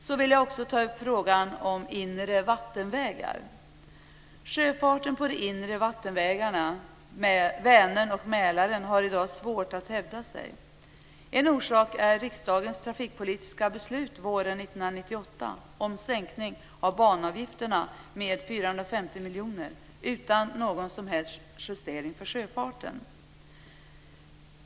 Jag vill också ta upp frågan om inre vattenvägar. Mälaren har i dag svårt att hävda sig. En orsak är riksdagens trafikpolitiska beslut våren 1998 om sänkning av banavgifterna med 415 miljoner kronor, utan någon som helst justering för sjöfarten.